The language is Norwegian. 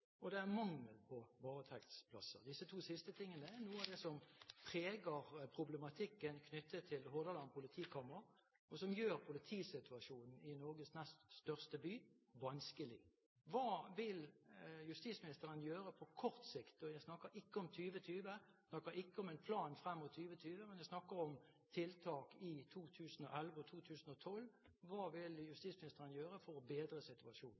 og det er mangel på varetektsplasser. Disse to siste tingene er noe av det som preger problematikken knyttet til Hordaland politikammer, og som gjør politisituasjonen i Norges nest største by vanskelig. Hva vil justisministeren gjøre på kort sikt – og jeg snakker ikke om 2020, jeg snakker ikke om en plan frem mot 2020, men jeg snakker om tiltak i 2011 og i 2012 – for å bedre situasjonen?